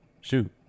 Shoot